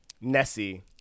Nessie